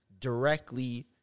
directly